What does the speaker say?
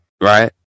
right